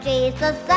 Jesus